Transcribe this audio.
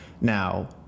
Now